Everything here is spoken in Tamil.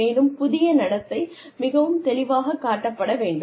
மேலும் புதிய நடத்தை மிகவும் தெளிவாகக் காட்டப்பட வேண்டும்